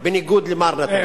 בניגוד למר נתניהו.